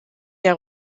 der